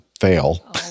Fail